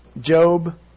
Job